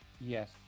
Yes